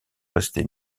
restés